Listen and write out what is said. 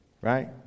Right